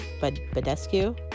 Badescu